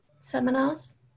seminars